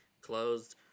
closed